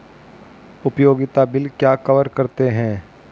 उपयोगिता बिल क्या कवर करते हैं?